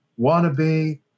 wannabe